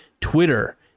Twitter